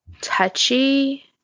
touchy